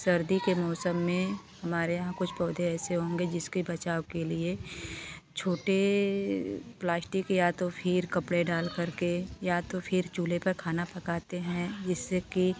सर्दी के मौसम में हमारे यहाँ कुछ पौधे ऐसे होंगे जिसके बचाव के लिए छोटे प्लाष्टीक या तो फिर कपड़े डालकर के या तो फिर चूल्हे पर खाना पकाते हैं जिससे कि